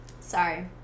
Sorry